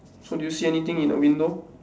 so do you see anything in the window